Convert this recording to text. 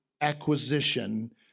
acquisition